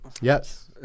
Yes